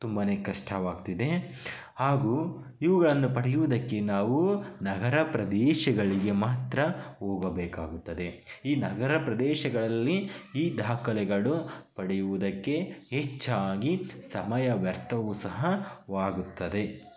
ತುಂಬ ಕಷ್ಟವಾಗ್ತಿದೆ ಹಾಗೂ ಇವುಗಳನ್ನು ಪಡಿಯುವುದಕ್ಕೆ ನಾವು ನಗರ ಪ್ರದೇಶಗಳಿಗೆ ಮಾತ್ರ ಹೋಗಬೇಕಾಗುತ್ತದೆ ಈ ನಗರ ಪ್ರದೇಶಗಳಲ್ಲಿ ಈ ದಾಖಲೆಗಳು ಪಡಿಯುವುದಕ್ಕೆ ಹೆಚ್ಚಾಗಿ ಸಮಯ ವ್ಯರ್ಥವು ಸಹ ಆಗುತ್ತದೆ